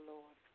Lord